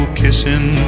kissing